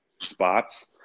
spots